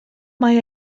mae